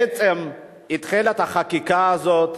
כי הוא בעצם התחיל את החקיקה הזאת.